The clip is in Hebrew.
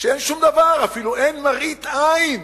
שאין שום דבר, אפילו אין מראית עין